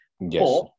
Yes